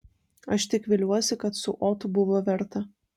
aš tik viliuosi kad su otu buvo verta